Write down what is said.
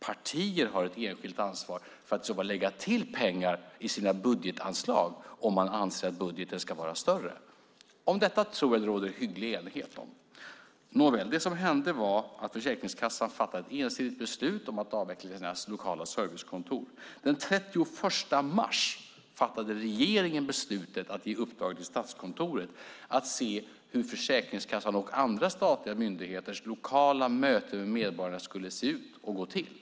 Partier har ett enskilt ansvar för att lägga till pengar i sina budgetanslag om man anser att budgeten ska vara större. Jag tror att det råder hygglig enighet om detta. Det som hände var att Försäkringskassan fattade ett ensidigt beslut om att avveckla sina lokala servicekontor. Den 31 mars fattade regeringen beslutet att ge i uppdrag till Statskontoret att se hur Försäkringskassans och andra statliga myndigheters lokala möten med medborgarna skulle se ut och gå till.